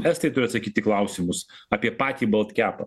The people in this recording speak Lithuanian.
estai turi atsakyt į klausimus apie patį bolt kepą